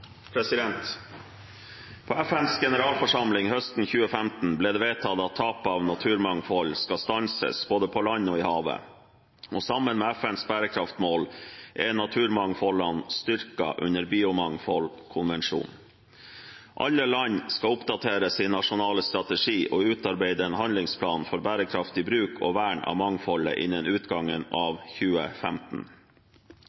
på. Representanten Lars Haltbrekken har teke opp dei forslaga han refererte til. FNs generalforsamling vedtok høsten 2015 at tap av naturmangfold skal stanses både på land og i havet. Sammen med FNs bærekraftsmål er naturmangfoldene styrket under Biomangfoldkonvensjonen. Alle land skal oppdatere sin nasjonale strategi og utarbeide en handlingsplan for bærekraftig bruk og vern av mangfold innen